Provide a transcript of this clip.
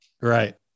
Right